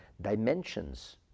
dimensions